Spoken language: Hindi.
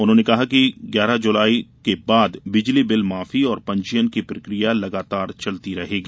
उन्होंने कहा कि ग्यारह जुलाई के बाद बिजली बिल माफी और पंजीयन की प्रक्रिया लगातार चलती रहेगी